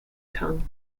tongue